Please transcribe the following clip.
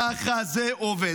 ככה זה עובד.